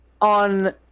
on